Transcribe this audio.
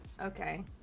Okay